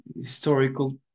historical